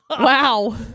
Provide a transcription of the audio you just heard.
Wow